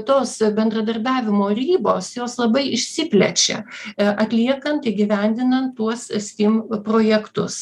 tos bendradarbiavimo ribos jos labai išsiplečia atliekant įgyvendinant tuos stim projektus